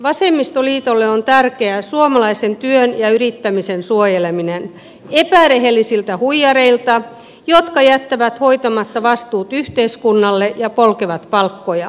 vasemmistoliitolle on tärkeää suomalaisen työn ja yrittämisen suojeleminen epärehellisiltä huijareilta jotka jättävät hoitamatta vastuut yhteiskunnalle ja polkevat palkkoja